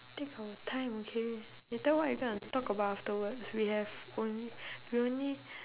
take our time okay later what we gonna talk about afterwards we have on~ we only